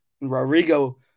Rodrigo